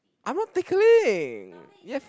I'm not tickling you have